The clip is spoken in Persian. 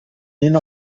این